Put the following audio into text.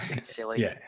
silly